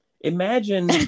Imagine